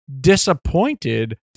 disappointed